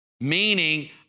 Meaning